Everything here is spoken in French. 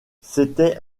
c’était